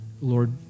Lord